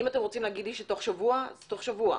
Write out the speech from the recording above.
אם אתם רוצים להגיד לי תוך שבוע, אז תוך שבוע.